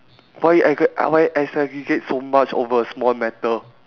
why I get ah why I segregate so much over a small matter